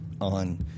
on